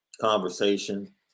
conversation